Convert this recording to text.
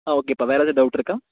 ஆ ஓகேப்பா வேறு எதாவது டவுட் இருக்கா